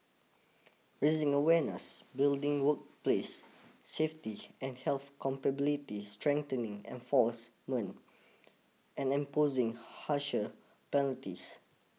raising awareness building workplace safety and health capability strengthening enforcement and imposing harsher penalties